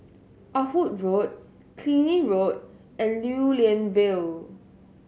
Ah Hood Road Killiney Road and Lew Lian Vale